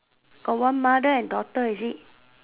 got one mother and daughter is it